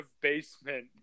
basement